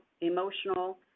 emotional